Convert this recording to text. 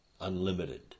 unlimited